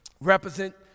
represent